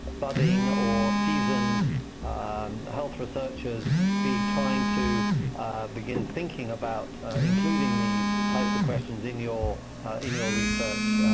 budding or seasoned health researchers be trying to begin thinking about including these types of questions in your in your research